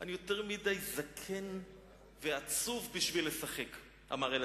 "'אני יותר מדי זקן ועצוב בשביל לשחק', אמר הילד.